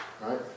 right